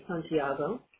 Santiago